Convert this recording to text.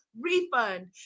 refund